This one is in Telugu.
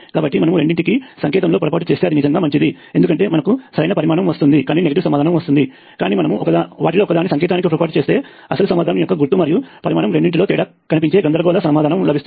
కాబట్టి మనము రెండింటికీ సంకేతంలో పొరపాటు చేస్తే అది నిజంగా మంచిది ఎందుకంటే మనకు సరైన పరిమాణం వస్తుంది కానీ నెగటివ్ సమాధానం వస్తుంది కానీ మనము వాటిలో ఒకదాని సంకేతానికి పొరపాటు చేస్తే అసలు సమాధానం యొక్క గుర్తు మరియు పరిమాణం రెండింటిలో తేడా కనిపించే గందరగోళ సమాధానం లభిస్తుంది